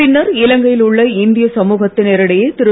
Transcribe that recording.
பின்னர் இலங்கையில் உள்ள இந்திய சமூகத்தினரிடையே திரு